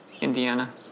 Indiana